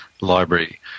Library